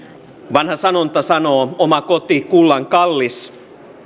vanha sanonta sanoo oma koti kullan kallis